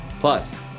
Plus